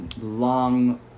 long